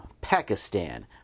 Pakistan